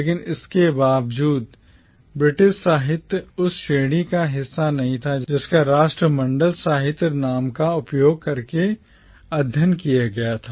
लेकिन इसके बावजूद ब्रिटिश साहित्य उस श्रेणी का हिस्सा नहीं था जिसका राष्ट्रमंडल साहित्य नाम का उपयोग करके अध्ययन किया गया था